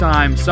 Time